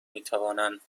میتوانند